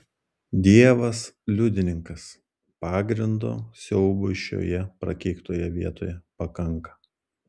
dievas liudininkas pagrindo siaubui šioje prakeiktoje vietoje pakanka